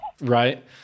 Right